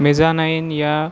mezzanine या